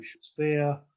spear